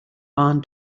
barn